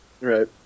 Right